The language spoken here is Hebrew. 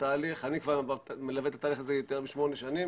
רק בשנה האחרונה הם נתנו,